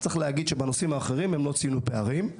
צריך להגיד שבנושאים האחרים הם לא ציינו פערים,